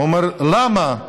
הוא אמר: למה?